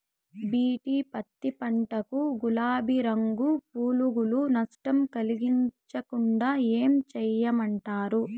BT పత్తి పంట కు, గులాబీ రంగు పులుగులు నష్టం కలిగించకుండా ఏం చేయమంటారు?